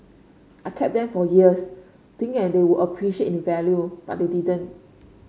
I kept them for years thinking that they would appreciate in value but they didn't